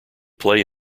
play